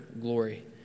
glory